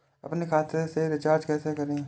अपने खाते से रिचार्ज कैसे करें?